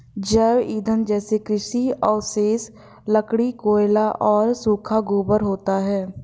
जैव ईंधन जैसे कृषि अवशेष, लकड़ी, कोयला और सूखा गोबर होता है